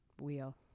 Wheel